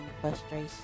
frustration